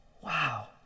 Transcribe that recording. Wow